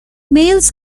males